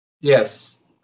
Yes